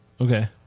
Okay